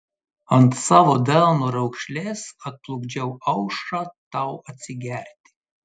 ant savo delno raukšlės atplukdžiau aušrą tau atsigerti